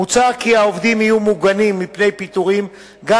מוצע כי העובדים יהיו מוגנים מפני פיטורים גם